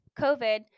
COVID